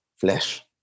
flesh